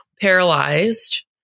paralyzed